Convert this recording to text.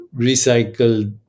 recycled